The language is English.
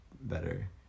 better